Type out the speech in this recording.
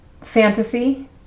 fantasy